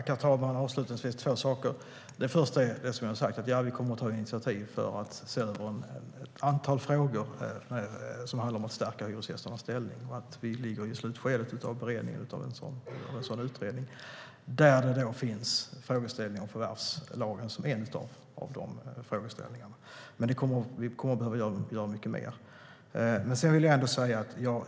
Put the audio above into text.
Herr talman! Vi kommer att ta initiativ till att se över ett antal frågor som handlar om att stärka hyresgästernas ställning. Vi ligger i slutskedet av beredningen av en sådan utredning. Där kommer frågor om förvärvslagen att vara med, men vi kommer att behöva göra mycket mer.